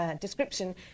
description